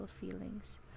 feelings